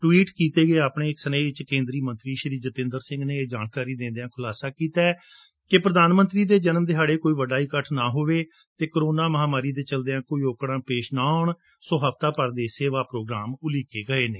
tweet ਕੀਤੇ ਆਪਣੇ ਇਕ ਸੁਨੇਹੇ ਵਿਚ ਕੇ'ਦਰੀ ਮੰਤਰੀ ਸ੍ਰੀ ਜਤਿੰਦਰ ਸਿੰਘ ਨੇ ਇਹ ਜਾਣਕਾਰੀ ਦਿੰਦਿਆਂ ਖੁਲਾਸਾ ਕੀਤੈ ਕਿ ਪੁਧਾਨ ਮੰਤਰੀ ਦੇ ਜਨਮ ਦਿਹਾੜੇ ਕੋਈ ਵੱਡਾ ਇਕੱਠ ਨਾ ਹੋਵੇ ਅਤੇ ਕੋਰੋਨਾ ਮਹਾਮਾਰੀ ਦੇ ਚਲਦਿਆਂ ਕੋਈ ਔਕੜਾ ਪੇਸ਼ ਨਾ ਆਉਣ ਸੋ ਹਫਤਾ ਭਰ ਦੇ ਸੇਵਾ ਧੋਗਰਾਮ ਉਲੀਕੇ ਗਏ ਨੇ